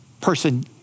person